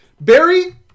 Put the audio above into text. Barry